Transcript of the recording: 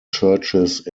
churches